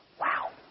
Wow